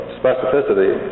specificity